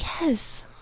Yes